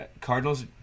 Cardinals